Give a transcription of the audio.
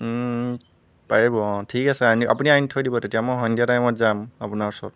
পাৰিব অ' ঠিক আছে আনি আপুনি আনি থৈ দিব তেতিয়া মই সন্ধিয়া টাইমত যাম আপোনাৰ ওচৰত